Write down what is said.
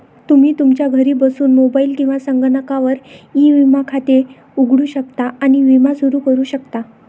तुम्ही तुमच्या घरी बसून मोबाईल किंवा संगणकावर ई विमा खाते उघडू शकता आणि विमा सुरू करू शकता